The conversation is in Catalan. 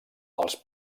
els